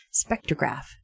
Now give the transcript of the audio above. Spectrograph